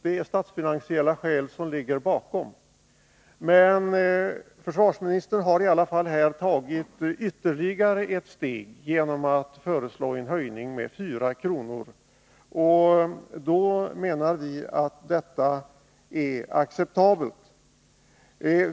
Det är statsfinansiella skäl som ligger bakom. Försvarsministern har ändå tagit ytterligare ett steg genom att föreslå en höjning med 4 kr., och vi menar att det är acceptabelt.